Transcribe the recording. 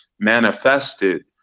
manifested